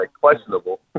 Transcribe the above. questionable